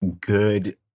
good